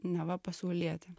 neva pasauliete